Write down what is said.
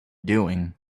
doing